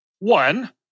One